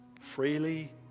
freely